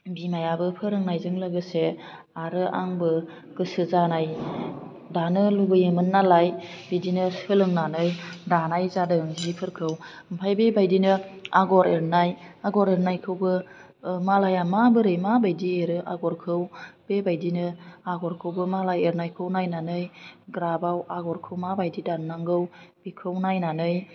बिमायाबो फोरोंनायजों लोगोसे आरो आंबो गोसो जानाय दानो लुगैयोमोन नालाय बिदिनो सोलोंनानै दानाय जादों जिफोरखौ ओमफ्राय बेबायदिनो आग'र एरनाय आग'र एरनायखौबो मालाया माबोरै माबायदि एरो आग'रखौ बेबायदिनो आग'रखौबो मालाय एरनायखौ नायनानै ग्राफआव आग'रखौ माबायदि दाननांगौ बेखौ नायनानै